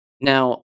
Now